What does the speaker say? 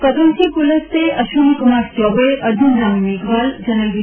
Faggan Singh Kulaste Ashwini Kumar Choubey Arjun Ram Meghwal General વી